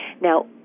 now